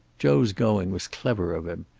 joe's going was clever of him.